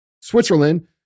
Switzerland